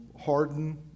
harden